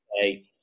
say